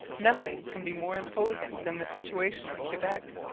nothing can be more imposing than the situation of quebec,